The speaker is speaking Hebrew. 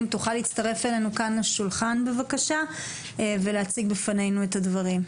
אם תוכל להצטרף אלינו כאן לשולחן בבקשה ולהציג בפנינו את הדברים,